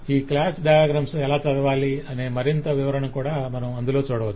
ఈ class diagram ఎలా చదవాలి అనే మరింత వివరణను కూడా మనం అందులో చూడవచ్చు